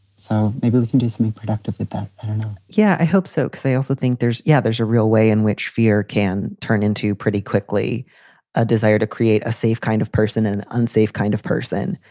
so maybe we can do something productive yeah, i hope so. they also think there's yeah, there's a real way in which fear can turn into pretty quickly a desire to create a safe kind of person, an unsafe kind of person,